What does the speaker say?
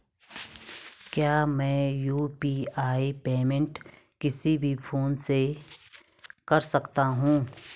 क्या मैं UPI payment किसी भी फोन से कर सकता हूँ?